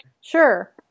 Sure